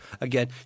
again